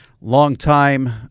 longtime